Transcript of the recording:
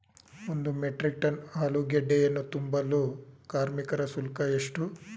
ಒಂದು metric ton ಆಲೂಗೆಡ್ಡೆಯನ್ನು ತುಂಬಲು ಕಾರ್ಮಿಕರ ಶುಲ್ಕ ಎಷ್ಟು?